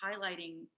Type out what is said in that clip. highlighting